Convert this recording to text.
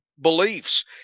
beliefs